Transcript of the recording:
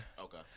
Okay